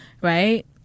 right